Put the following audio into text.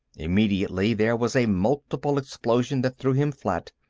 immediately, there was a multiple explosion that threw him flat,